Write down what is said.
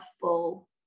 full